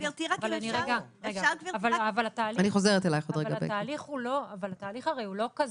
אבל התהליך הוא לא כזה.